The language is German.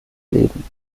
leben